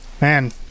Man